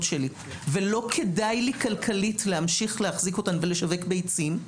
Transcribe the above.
שלו ולא כדאי לו כלכלית להמשיך להחזיק אותן ולשווק ביצים,